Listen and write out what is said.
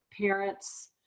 parents